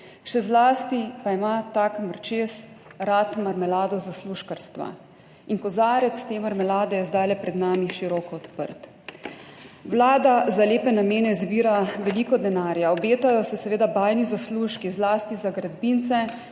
še zlasti pa ima tak mrčes rad marmelado zaslužkarstva.« In kozarec te marmelade je zdajle pred nami široko odprt. Vlada za lepe namene zbira veliko denarja. Obetajo se seveda bajni zaslužki, zlasti za gradbince,